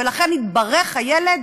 ולכן התברך הילד